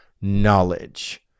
knowledge